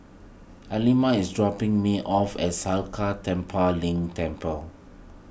Alima is dropping me off at Sakya Tenphel Ling Temple